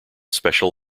special